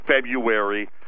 february